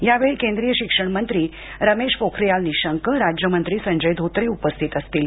यावेळी केंद्रीय शिक्षण मंत्री रमेश पोखरीयाल निशंक राज्य मंत्री संजय धोत्रे ही उपस्थित असणार आहेत